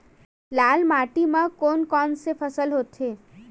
लाल माटी म कोन कौन से फसल होथे?